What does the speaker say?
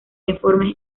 informes